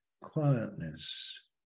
quietness